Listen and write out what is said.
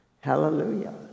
Hallelujah